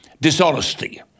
dishonesty